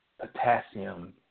potassium